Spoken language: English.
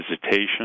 visitation